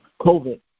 COVID